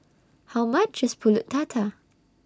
How much IS Pulut Tatal